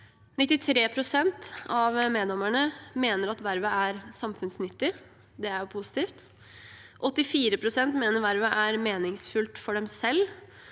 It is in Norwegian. pst. av meddommerne mener at vervet er samfunnsnyttig, og det er positivt, 84 pst. mener at vervet er meningsfullt for dem selv,